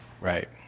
Right